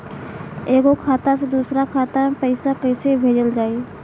एगो खाता से दूसरा खाता मे पैसा कइसे भेजल जाई?